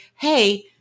Hey